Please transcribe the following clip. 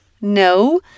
No